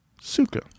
suka